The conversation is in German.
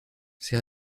sie